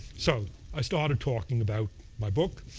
so i started talking about my book.